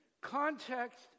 context